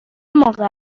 موقع